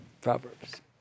Proverbs